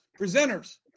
Presenters